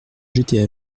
jeter